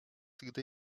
gdy